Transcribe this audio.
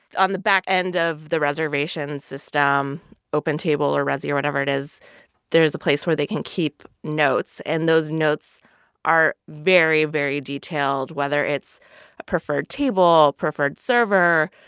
on the back end of the reservation system opentable or resy or whatever it is there is a place where they can keep notes. and those notes are very, very detailed, whether it's a preferred table, preferred server,